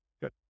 good